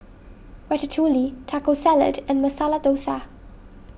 Ratatouille Taco Salad and Masala Dosa